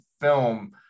film